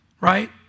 right